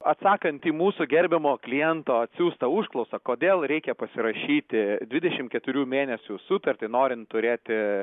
atsakant į mūsų gerbiamo kliento atsiųstą užklausą kodėl reikia pasirašyti dvidešimt keturių mėnesių sutartį norint turėti